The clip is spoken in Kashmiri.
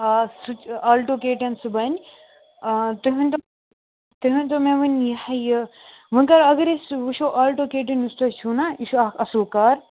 آ سُہ چھُ آلٹو کے ٹٮ۪ن سُہ بَنہِ تُہۍ ؤنۍتو تُہۍ ؤنۍتو مےٚ وۄنۍ یہِ ہَے یہِ وۄنۍ گوٚو اگر أسۍ وٕچھو آلٹو کے ٹٮ۪ن یُس تۄہہِ چھُو نا یہِ چھُ اَکھ اَصٕل کار